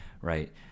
right